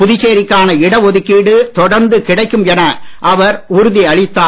புதுச்சேரிக்கான இடஒதுக்கீடு தொடர்ந்து கிடைக்கும் என அவர் உறுதி அளித்தார்